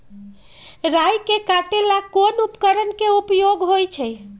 राई के काटे ला कोंन उपकरण के उपयोग होइ छई?